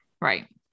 right